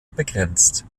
begrenzt